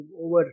over